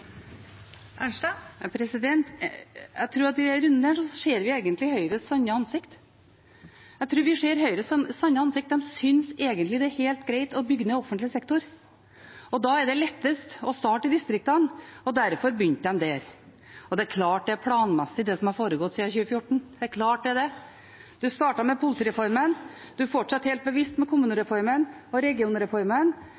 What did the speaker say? runden ser vi egentlig Høyres sanne ansikt. Jeg tror vi ser Høyres sanne ansikt: De synes egentlig det er helt greit å bygge ned offentlig sektor. Da er det lettest å starte i distriktene, og derfor begynte de der. Og det er klart det er planmessig, det som har foregått siden 2014 – det er klart det er det. En startet med politireformen, en fortsatte helt bevisst med